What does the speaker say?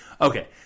Okay